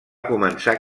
començar